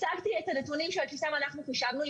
הצגתי את הנתונים שעל בסיסם אנחנו חישבנו.